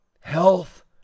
Health